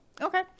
Okay